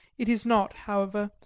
it is not, however,